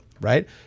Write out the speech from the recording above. Right